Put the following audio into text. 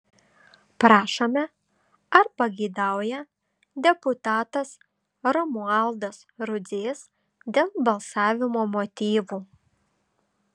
prašome ar pageidauja deputatas romualdas rudzys dėl balsavimo motyvų